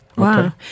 Wow